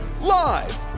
Live